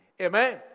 Amen